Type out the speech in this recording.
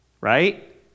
right